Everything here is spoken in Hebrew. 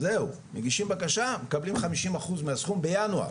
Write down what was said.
ומקבלים חמישים אחוז בינואר.